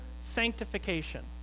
sanctification